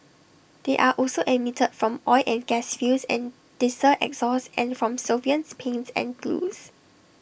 they are also emitted from oil and gas fields and diesel exhaust and from solvents paints and glues